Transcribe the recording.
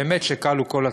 באמת שכלו כל הקצים,